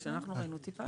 כשאנחנו ראינו, טיפלנו.